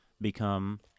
become